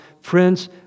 Friends